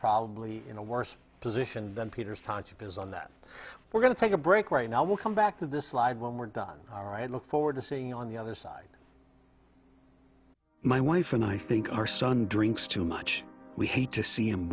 probably in a worse position than peter's township is on that we're going to take a break right now we'll come back to this live when we're done all right look forward to seeing on the other side my wife and i think our son drinks too much we hate to see him